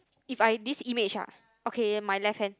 if I this image ah okay my left hand